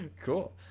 Cool